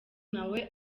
nawe